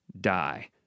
die